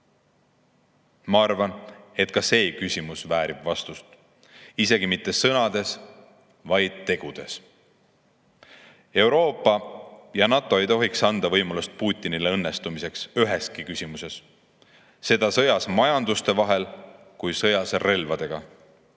Ma arvan, et ka see küsimus väärib vastust – isegi mitte sõnades, vaid tegudes. Euroopa ja NATO ei tohiks anda Putinile õnnestumise võimalust üheski küsimuses, seda nii sõjas majanduste vahel kui ka sõjas relvadega.